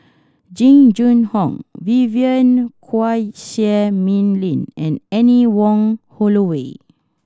Jing Jun Hong Vivien Quahe Seah Mei Lin and Anne Wong Holloway